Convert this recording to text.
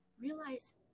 realize